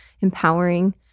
empowering